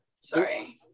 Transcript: Sorry